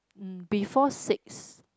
mm before six